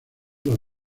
los